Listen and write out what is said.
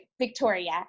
Victoria